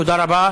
תודה רבה.